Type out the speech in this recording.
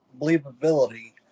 believability